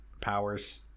powers